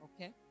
Okay